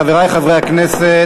חברי חברי הכנסת,